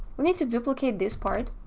we need to duplicate this part.